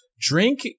drink